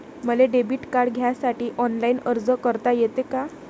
मले debit card घ्यासाठी online अर्ज करता येते का?